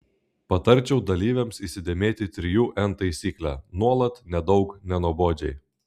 patarčiau dalyvėms įsidėmėti trijų n taisyklę nuolat nedaug nenuobodžiai